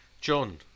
John